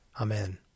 Amen